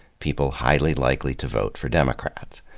people highly likely to vote for democrats.